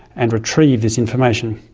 and retrieve this information.